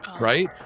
right